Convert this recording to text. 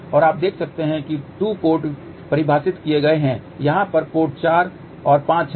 और आप देख सकते हैं कि 2 पोर्ट परिभाषित किए गए हैं यहां पर पोर्ट 4 और 5 हैं